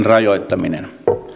rajoittaminen